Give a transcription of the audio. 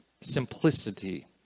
simplicity